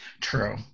true